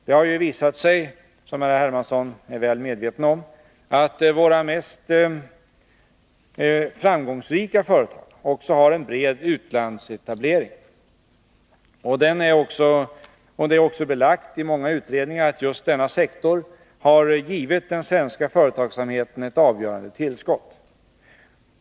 Det har visat sig, som herr Hermansson är väl medveten om, att våra mest framgångsrika företag också har en bred utlandsetablering. Och det är också belagt i många utredningar att just denna sektor har givit den svenska företagsamheten ett avgörande tillskott.